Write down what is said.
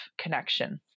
connection